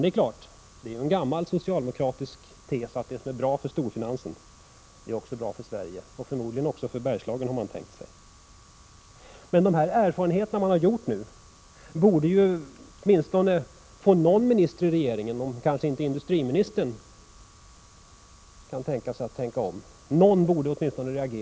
Det är en gammal socialdemokratisk tes, att det som är bra för storfinansen också är bra för Sverige — förmodligen också för Bergslagen. De erfarenheter som nu har gjorts borde få åtminstone någon minister i regeringen — om inte industriministern tänker om — att reagera på den utveckling som har skett.